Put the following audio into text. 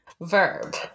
Verb